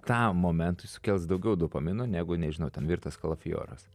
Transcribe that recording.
tam momentui sukels daugiau dopamino negu nežinau ten virtas kalafijoras